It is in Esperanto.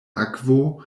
akvo